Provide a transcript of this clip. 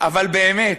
אבל באמת,